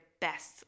best